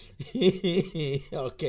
Okay